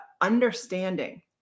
understanding